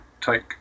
take